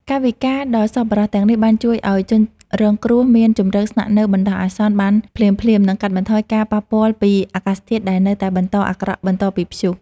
កាយវិការដ៏សប្បុរសទាំងនេះបានជួយឱ្យជនរងគ្រោះមានជម្រកស្នាក់នៅបណ្ដោះអាសន្នបានភ្លាមៗ និងកាត់បន្ថយការប៉ះពាល់ពីអាកាសធាតុដែលនៅតែបន្តអាក្រក់បន្ទាប់ពីព្យុះ។